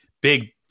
big